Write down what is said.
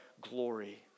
glory